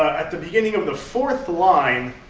at the beginning of the fourth line,